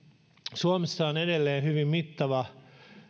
suomessa on edelleen hyvin mittava